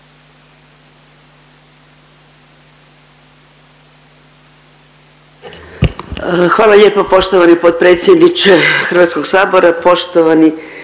Hvala lijepo poštovani potpredsjedniče Sabora, poštovani